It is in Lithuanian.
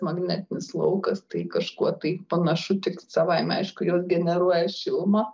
magnetinis laukas tai kažkuo tai panašu tik savaime aišku jos generuoja šilumą